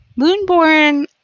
Moonborn